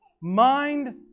mind